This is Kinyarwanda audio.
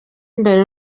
imbere